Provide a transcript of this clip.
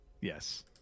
Yes